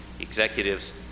executives